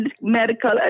medical